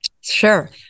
Sure